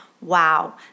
wow